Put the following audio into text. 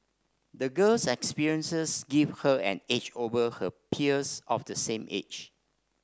the girl's experiences gave her an edge over her peers of the same age